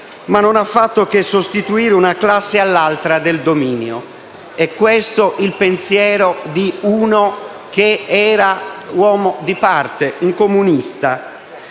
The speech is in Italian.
ma non ha fatto che sostituire una classe all'altra nel dominio». È questo il pensiero di uno che era uomo di parte, un comunista.